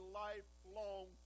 lifelong